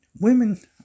Women